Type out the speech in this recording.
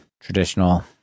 traditional